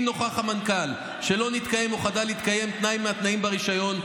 אם נוכח המנכ"ל שלא נתקיים או חדל להתקיים תנאי מהתנאים ברישיון,